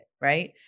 Right